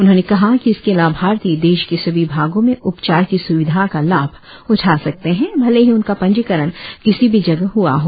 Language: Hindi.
उन्होंने कहा कि इसके लाभार्थी देश के सभी भागों में उपचार की स्विधा का लाभ उठा सकते हैं भले ही उनका पंजीकरण किसी भी जगह हआ हो